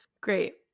Great